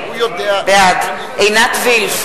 בעד עינת וילף,